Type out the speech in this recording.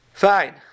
fine